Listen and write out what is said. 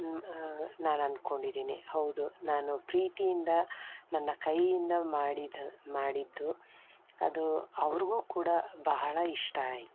ನಾನು ಅನ್ಕೊಂಡಿದ್ದೀನಿ ಹೌದು ನಾನು ಪ್ರೀತಿಯಿಂದ ನನ್ನ ಕೈಯಿಂದ ಮಾಡಿದ ಮಾಡಿದ್ದು ಅದು ಅವ್ರಿಗೂ ಕೂಡ ಬಹಳ ಇಷ್ಟ ಆಯಿತು